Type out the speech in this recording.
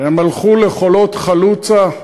הם הלכו לחולות חלוצה,